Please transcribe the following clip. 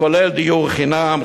הכולל דיור חינם,